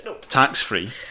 tax-free